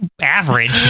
average